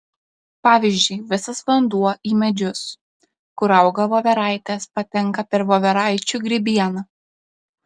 pavyzdžiui visas vanduo į medžius kur auga voveraitės patenka per voveraičių grybieną